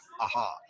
aha